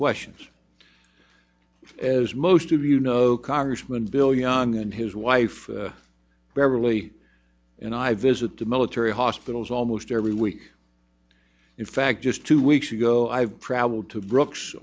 questions as most of you know congressman bill young and his wife beverly and i visit the military hospitals almost every week in fact just two weeks ago i've traveled to brook